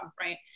right